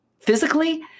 Physically